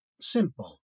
simple